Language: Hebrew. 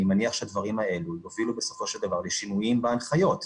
אני מניח שהדברים האלה יובילו בסופו של דבר לשינויים בהנחיות.